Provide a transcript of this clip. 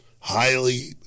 Highly